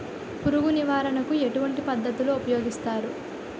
పురుగు నివారణ కు ఎటువంటి పద్ధతులు ఊపయోగిస్తారు?